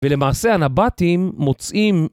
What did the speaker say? ולמעשה הנבטים מוצאים